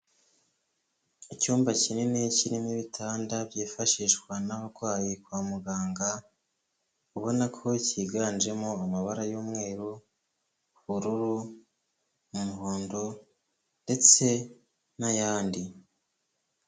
Icyumba kinini kirimo ibitanda byifashishwa n'abarwayi kwa muganga, ubona ko cyiganjemo amabara y'umweru, ubururu, umuhondo ndetse n'ayandi.